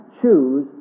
choose